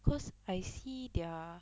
cause I see their